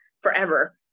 forever